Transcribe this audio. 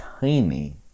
tiny